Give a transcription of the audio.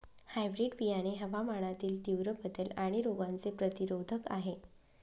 hybrid बियाणे हवामानातील तीव्र बदल आणि रोगांचे प्रतिरोधक आहे